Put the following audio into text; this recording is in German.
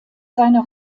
seiner